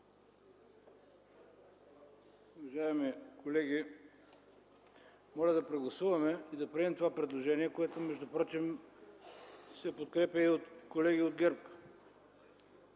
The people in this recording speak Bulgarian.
Уважаеми колеги, моля да прегласуваме и да приемем това предложение, което между впрочем се подкрепя и от колеги от ГЕРБ.